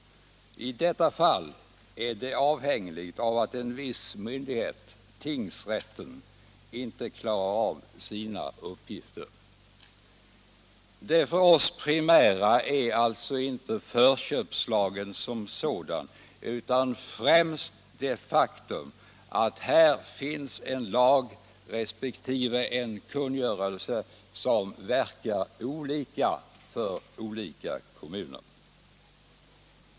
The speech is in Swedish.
I detta fall är det hela avhängigt av att en viss myndighet —- tingsrätten — inte klarar av sina uppgifter. Det för oss primära är alltså inte förköpslagen som sådan utan främst det faktum att här finns en lag resp. en kungörelse som verkar olika för olika kommuner.